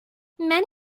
many